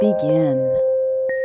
begin